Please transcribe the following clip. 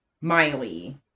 Miley